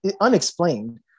unexplained